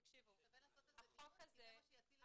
שווה לעשות על זה דיון כי זה מה שיציל את